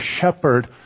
shepherd